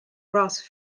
grass